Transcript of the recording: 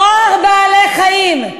צער בעלי-חיים,